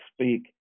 speak